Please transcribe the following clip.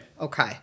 Okay